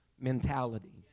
mentality